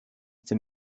dem